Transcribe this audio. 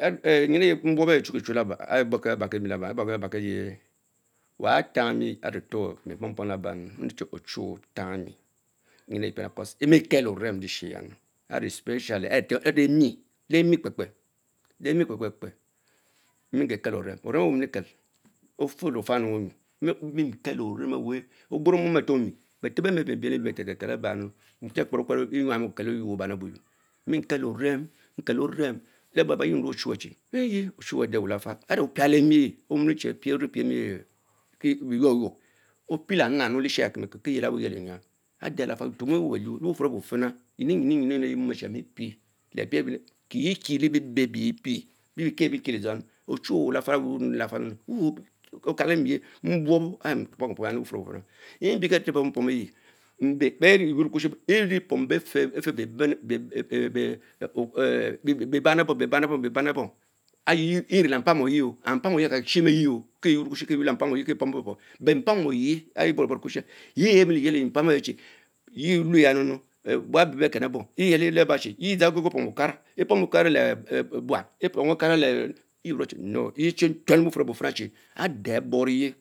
Mbuobob are tuctue, ah ebuobkie ehh wa tahh me are pom pom laba mruecchie ochuwe wehtakh orem, orem Owen mlie me, because emie kel ovens are especially, teh me kpelepekipe se gen ker kel, ofen vee afamile wunynu Evem ove Ogboro mom acetor me betep bemer aretor be biel ke me, mienia ket over mechie Kper benyan okelo, elue wuban. eynu, mie'kel orem, nkel ovem Lababa ye rue ochure chi enten Qchnwe are praleme beynor yuor, opielery Lamu lephieya ke Lafal ntrromuwe belure fina nyina nyamu nyinueyemome chic amie pich kikie lebeble abie pic bee epien, ochu we woe kalemi mbuobo ah pomki pomys lelouffum llou fina mbieki eve kie pom pom mbe, erie Pom mbe eefen, bieban lh bom biebam ebons, ayie yer nele mpam oyeho and mpam oye akakie onimetchoo kilynom ekutuan lee mpam ove kie pom bey poran, mpamoyich arh le bovie kubushi aha yeu miele Vele en yie weчапили mpan wabe bekene bom, edza kokie pom okara, epomu okana lebuan epom okara le, te me chhi no, yeh tuentuen erumn le bufurr ebu fina chie ade aré bonye,